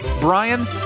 Brian